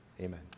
Amen